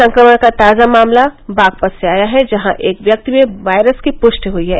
संक्रमण का ताजा मामला बागपत से आया है जहां एक व्यक्ति में वायरस की पुष्टि हई है